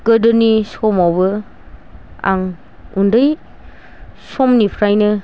गोदोनि समावबो आं उन्दै समनिफ्रायनो